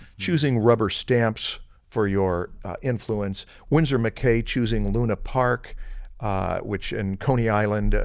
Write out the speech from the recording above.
choosing rubber stamps for your influence, winsor mccay choosing luna park which in coney island, ah